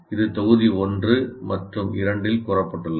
இது தொகுதி 1 மற்றும் 2 இல் கூறப்பட்டுள்ளது